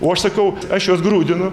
o aš sakau aš juos grūdinu